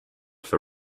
for